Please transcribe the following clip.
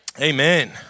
Amen